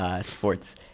sports